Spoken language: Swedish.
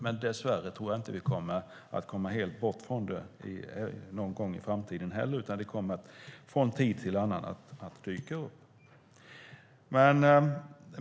Men dess värre tror jag inte att vi kommer helt bort från det i framtiden, utan det kommer att dyka upp från tid till annan.